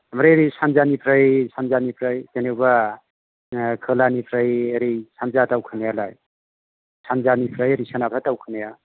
ओमफ्राय ओरै सानजानिफ्राय जेनेबा खोलानिफ्राय ओरै सानजा दावखोनायालाय सानजानिफ्राय ओरै सोनाबहा दावखोनाया